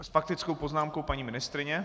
S faktickou poznámkou paní ministryně.